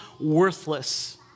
worthless